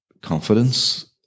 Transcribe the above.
confidence